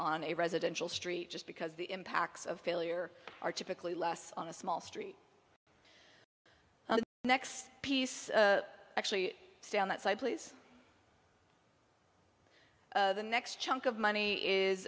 on a residential street just because the impacts of failure are typically less on a small street the next piece actually stay on that side please the next chunk of money